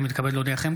אני מתכבד להודיעכם,